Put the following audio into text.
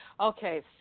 Okay